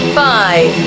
five